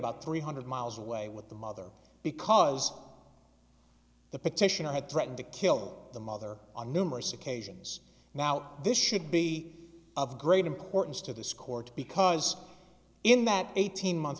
about three hundred miles away with the mother because the petitioner had threatened to kill the mother on numerous occasions now this should be of great importance to this court because in that eighteen month